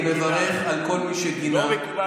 אני הבוקר גיניתי, ויאיר גינה.